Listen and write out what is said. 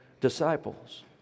disciples